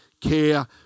care